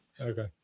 Okay